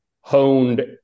honed